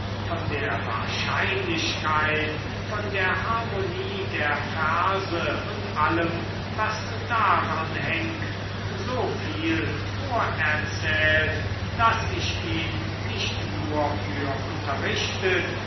von der wahrscheinlichkeit von der harmonie der verse und allem was daran hängt so viel vorerzählt daß ich ihn nicht nur für unterrichtet